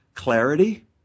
Clarity